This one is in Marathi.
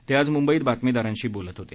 ते आज मुंबईत बातमीदारांशी बोलत होते